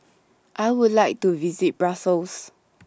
I Would like to visit Brussels